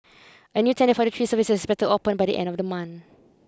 a new tender for the three services is expected to open by the end of the month